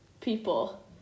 people